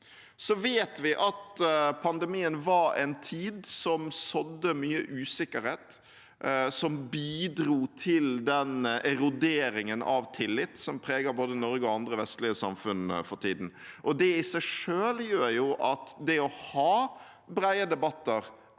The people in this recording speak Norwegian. Så vet vi at pandemien var en tid som sådde mye usikkerhet, som bidro til den eroderingen av tillit som preger både Norge og andre vestlige samfunn for tiden. Det i seg selv gjør jo at det å ha brede debatter